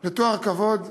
לתואר כבוד.